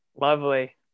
lovely